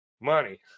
money